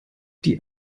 die